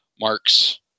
marks